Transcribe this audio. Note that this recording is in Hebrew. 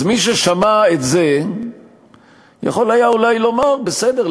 מי ששמע את זה יכול היה אולי לומר: בסדר,